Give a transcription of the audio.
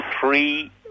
three